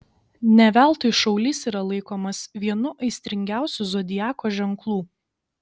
ne veltui šaulys yra laikomas vienu aistringiausių zodiako ženklų